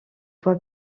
voie